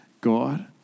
God